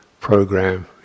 program